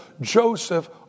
Joseph